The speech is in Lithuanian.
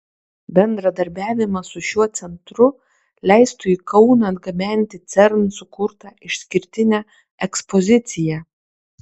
bendradarbiavimas su šiuo centru leistų į kauną atgabenti cern sukurtą išskirtinę ekspoziciją